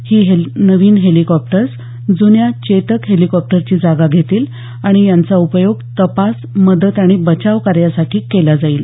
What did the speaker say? हे नवे हेलिकॉप्टर जून्या चेतक हेलिकॉप्टरची जागा घेतील आणि यांचा उपयोग तपास मदत आणि बचाव कार्यासाठी केला जाईल